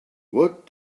what